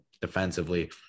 defensively